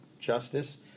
justice